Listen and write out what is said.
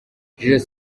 jules